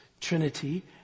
Trinity